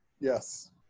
Yes